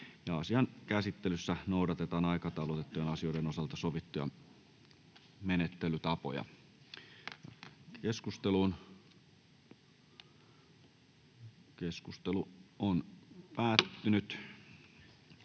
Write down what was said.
Asian käsittelyssä noudatetaan aikataulutettujen asioiden osalta sovittuja menettelytapoja. — Avaan keskustelun.